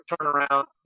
turnaround